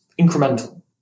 incremental